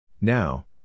Now